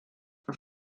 for